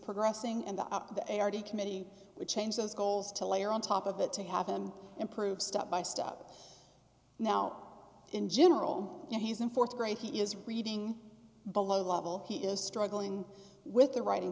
progressing and the up the r t committee would change those goals to layer on top of it to have him improve step by step now in general you know he's in th grade he is reading below the level he is struggling with the writing